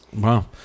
Wow